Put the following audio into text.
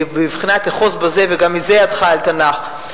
מבחינת אחוז בזה וגם מזה ידך אל תנח?